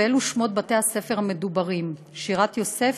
ואלו שמות בתי-הספר המדוברים: "שירת יוסף",